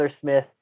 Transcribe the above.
Smith